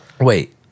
Wait